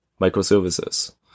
microservices